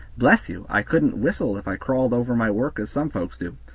bless you! i couldn't whistle if i crawled over my work as some folks do!